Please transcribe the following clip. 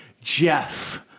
Jeff